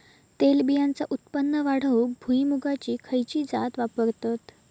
तेलबियांचा उत्पन्न वाढवूक भुईमूगाची खयची जात वापरतत?